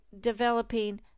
developing